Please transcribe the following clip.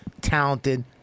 talented